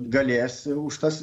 galės už tas